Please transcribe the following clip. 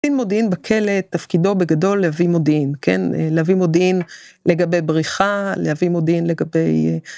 מודיעין בכלא תפקידו בגדול להביא מודיעין, כן? להביא מודיעין לגבי בריחה, להביא מודיעין לגבי.